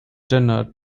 dinner